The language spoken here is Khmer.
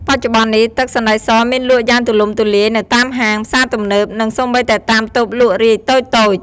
បច្ចុប្បន្ននេះ ទឹកសណ្តែកសមានលក់យ៉ាងទូលំទូលាយនៅតាមហាង ផ្សារទំនើប និងសូម្បីតែតាមតូបលក់រាយតូចៗ។